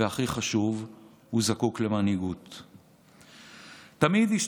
והכי חשוב, הוא זקוק למנהיגות.